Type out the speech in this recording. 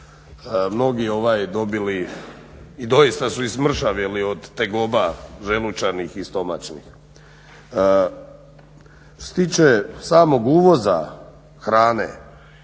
mnogi dobili i doista su i smršavjeli od tegoba želučanih i stomačnih. Što se tiče samog uvoza hrane,